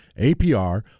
APR